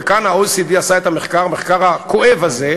וכאן ה-OECD עשה את המחקר הכואב הזה: